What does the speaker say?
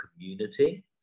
community